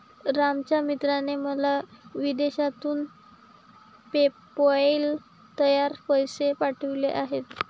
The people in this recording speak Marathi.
रामच्या मित्राने मला विदेशातून पेपैल वर पैसे पाठवले आहेत